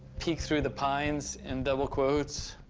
peek through the pines, in double quotes.